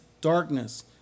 darkness